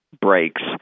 breaks